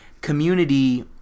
community